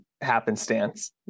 happenstance